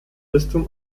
bistum